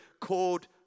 called